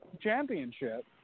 championship